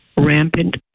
rampant